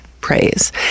praise